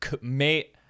mate